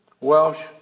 Welsh